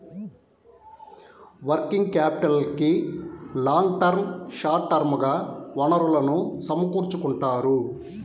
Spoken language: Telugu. వర్కింగ్ క్యాపిటల్కి లాంగ్ టర్మ్, షార్ట్ టర్మ్ గా వనరులను సమకూర్చుకుంటారు